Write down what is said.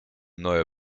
neue